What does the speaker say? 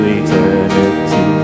eternity